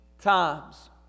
times